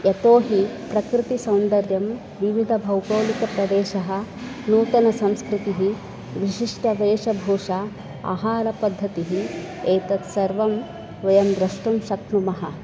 यतो हि प्रकृतिसौन्दर्यं विविधः भौगोळिकप्रदेशः नूतनसंस्कृतिः विशिष्टा वेशभूषा आहारपद्धतिः एतत् सर्वं वयं द्रष्टुं शक्नुमः